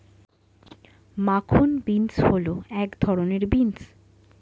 মাখন বিন্স হল এক ধরনের বিন্স